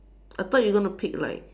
I thought you gonna pick like